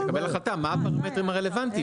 נקבל החלטה מה הפרמטרים הרלוונטיים.